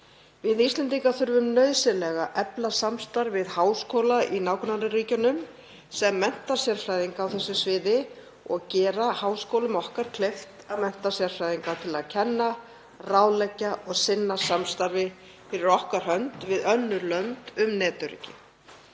Við Íslendingar þurfum nauðsynlega að efla samstarf við háskóla í nágrannaríkjunum sem mennta sérfræðinga á þessu sviði og gera háskólum okkar kleift að mennta sérfræðinga til að kenna, ráðleggja og sinna samstarfi fyrir okkar hönd við önnur lönd um netöryggi.